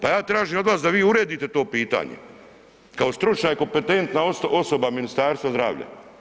Pa ja tražim od vas da vi uredite to pitanje, kao stručna i kompetentna osoba Ministarstva zdravlja.